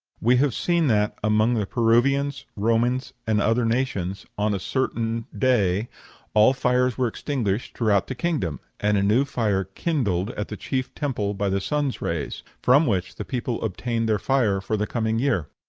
we have seen that among the peruvians, romans, and other nations, on a certain day all fires were extinguished throughout the kingdom, and a new fire kindled at the chief temple by the sun's rays, from which the people obtained their fire for the coming year.